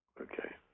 Okay